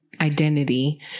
identity